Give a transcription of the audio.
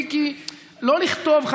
לא לכתוב,